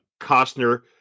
Costner